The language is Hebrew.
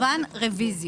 מקוון, רוויזיות.